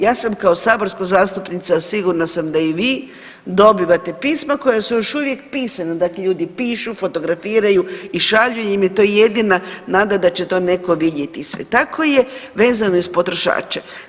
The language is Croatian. Ja sam kao saborska zastupnica, sigurna sam da i vi dobivate pisma koja su još uvijek pisana, dakle ljudi pišu, fotografiraju i šalju jel im je to jedina nada da će to neko vidjeti i sve, tako je vezano i uz potrošače.